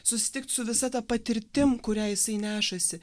susitikt su visa ta patirtim kurią jisai nešasi